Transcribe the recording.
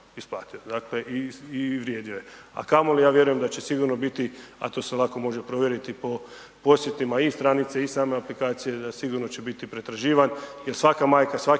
isplatio. Dakle i vrijedio je. A kamoli ja vjerujem da će sigurno biti, a to se lako može provjeriti po posjetima i stranice i same aplikacije da sigurno će biti pretraživan, jer svaka majka, svaki